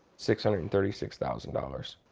six hundred and thirty six thousand dollars.